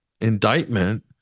indictment